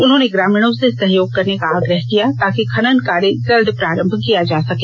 उन्होंने ग्रामीणों से सहयोग करने का आग्रह किया ताकि खनन कार्य जल्द प्रारंभ किया जा सके